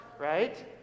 right